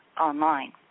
online